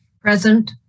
Present